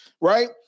right